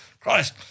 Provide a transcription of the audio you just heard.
Christ